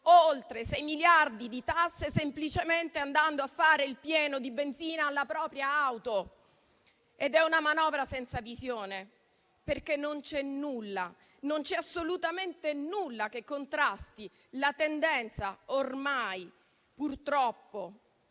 oltre sei miliardi di tasse semplicemente andando a fare il pieno di benzina alla propria auto. Ed è una manovra senza visione, perché non c'è nulla, non c'è assolutamente nulla che contrasti la tendenza, ormai purtroppo